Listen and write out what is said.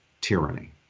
tyranny